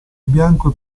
bianco